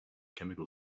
chemical